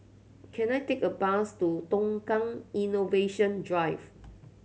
can I take a bus to Tukang Innovation Drive